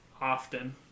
often